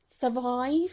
survive